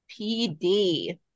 PD